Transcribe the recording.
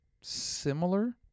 similar